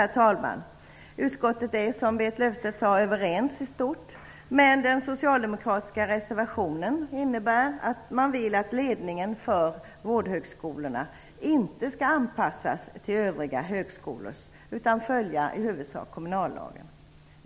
Herr talman! Utskottet är, som Berit Löfstedt sade, överens i stort. Den socialdemokratiska reservationen innebär att man vill att ledningen för vårdhögskolorna inte skall anpassas till övriga högskolors utan i huvudsak följa kommunallagen.